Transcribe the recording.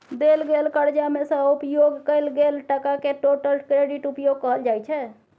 देल गेल करजा मे सँ उपयोग कएल गेल टकाकेँ टोटल क्रेडिट उपयोग कहल जाइ छै